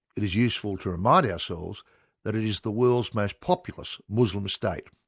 it is useful to remind ourselves that it is the world's most populous muslim state.